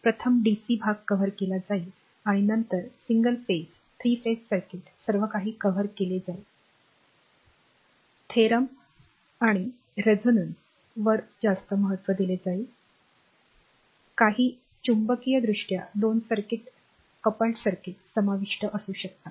प्रथम डीसी भाग कव्हर केला जाईल आणि नंतर सिंगल फेजथ्री फेज सर्किट सर्वकाही कव्हर केले जाईल प्रमेय साठी अनुनाद किंवा जास्तीत जास्त महत्त्व आणि त्या चुंबकीयदृष्ट्या दोन सर्किट्स समाविष्ट असू शकतात